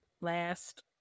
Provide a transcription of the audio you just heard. last